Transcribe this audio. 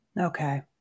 Okay